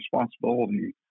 responsibility